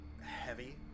heavy